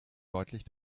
deutlich